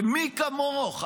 ומי כמוך,